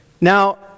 Now